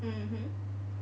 mmhmm